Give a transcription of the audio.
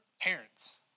parents